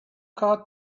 caught